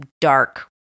dark